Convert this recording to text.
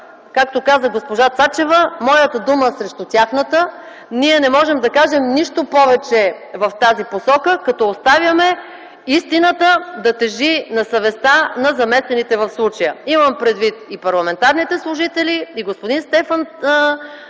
както каза госпожа Цачева - „моята дума срещу тяхната” – ние не можем да кажем нищо повече в тази посока, като оставяме истината да тежи на съвестта на замесените в случая. Имам предвид парламентарните служители, господин Стефан Катев,